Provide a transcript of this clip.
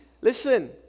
Listen